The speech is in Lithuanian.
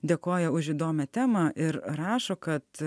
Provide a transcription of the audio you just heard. dėkoja už įdomią temą ir rašo kad